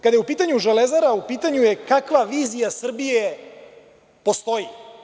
Kada je u pitanju „Železara“, u pitanju je kakva vizija Srbije postoji.